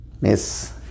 Miss